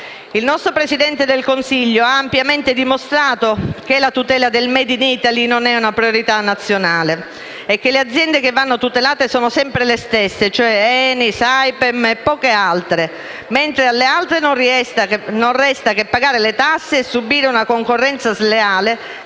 Il nostro Presidente del Consiglio ha ampiamente dimostrato che la tutela del *made in Italy* non è una priorità nazionale e che le aziende che vanno tutelate sono sempre le stesse, ENI, SAIPEM e poche altre, mentre alle altre non resta che pagare le tasse e subire una concorrenza sleale,